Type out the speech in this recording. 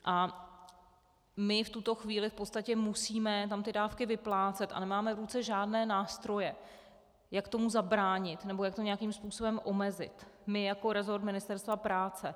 A my v tuto chvíli v podstatě musíme tam ty dávky vyplácet a nemáme v ruce žádné nástroje, jak tomu zabránit nebo jak to nějakým způsobem omezit, my jako resort Ministerstva práce.